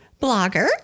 blogger